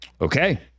Okay